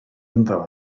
ynddo